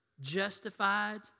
Justified